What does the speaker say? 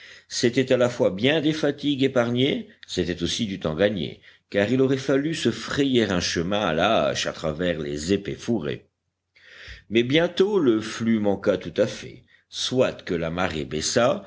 c'était à la fois bien des fatigues épargnées c'était aussi du temps gagné car il aurait fallu se frayer un chemin à la hache à travers les épais fourrés mais bientôt le flux manqua tout à fait soit que la marée baissât